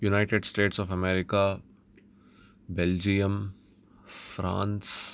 United States of America Belgium France